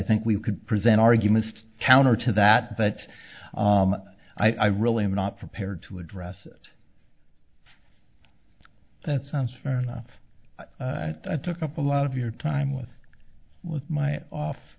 think we could present arguments counter to that but i really am not prepared to address that sounds fair enough i took up a lot of your time with my off